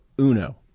uno